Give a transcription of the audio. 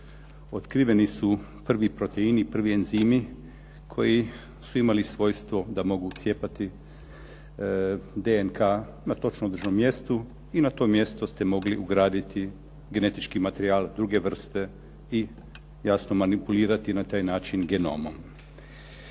otkriveni su prvi proteini, prvi enzimi koji su imali svojstvo da mogu cijepati DNK-a na točno određenom mjestu i na to mjesto ste mogli ugraditi genetički materijal druge vrste i jasno manipulirati na taj način genomom.